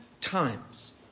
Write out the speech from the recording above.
times